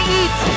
eat